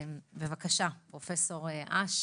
בבקשה, פרופ' אש.